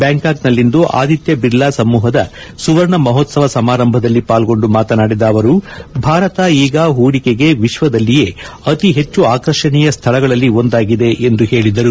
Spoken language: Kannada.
ಬ್ಲಾಂಕಾಕ್ನಲ್ಲಿಂದು ಆದಿತ್ನ ಬಿರ್ಲಾ ಸಮೂಹದ ಸುವರ್ಣ ಮಹೋತ್ವವ ಸಮಾರಂಭದಲ್ಲಿ ಪಾಲ್ಗೊಂಡು ಮಾತನಾಡಿದ ಅವರು ಭಾರತ ಈಗ ಹೂಡಿಕೆಗೆ ವಿಶ್ವದಲ್ಲಿಯೇ ಅತಿ ಹೆಚ್ಚು ಆಕರ್ಷಣೀಯ ಸ್ವಳಗಳಲ್ಲಿ ಒಂದಾಗಿದೆ ಎಂದು ಹೇಳಿದರು